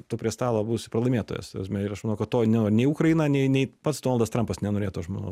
tu prie stalo būsi pralaimėtojas ta prasme ir aš manau kad to nei nei ukraina nei nei pats donaldas trampas nenorėtų aš manau